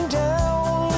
down